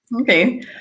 Okay